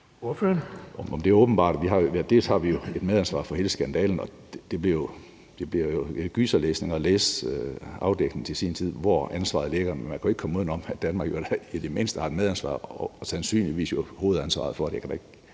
vi har et medansvar for hele skandalen, og det bliver jo til sin tid gyserlæsning at læse afdækningen af, hvor ansvaret ligger. Men man kan jo ikke komme udenom, at Danmark i det mindste har et medansvar og sandsynligvis også har hovedansvaret for det.